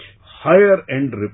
higher-end